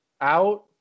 out